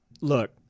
look